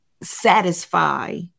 satisfy